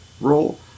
role